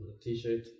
t-shirt